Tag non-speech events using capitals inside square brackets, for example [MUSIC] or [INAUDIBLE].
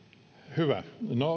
hyvä no [UNINTELLIGIBLE]